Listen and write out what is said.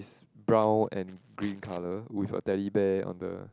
brown and green color with a Teddy Bear on the